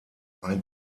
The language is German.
ein